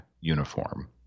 uniform